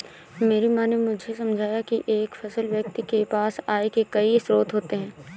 मेरी माँ ने मुझे समझाया की एक सफल व्यक्ति के पास आय के कई स्रोत होते हैं